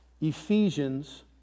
Ephesians